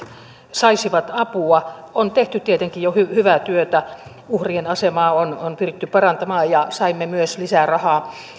saisivat apua on tehty tietenkin jo hyvää työtä uhrien asemaa on on pyritty parantamaan ja saimme myös lisää rahaa